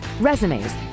resumes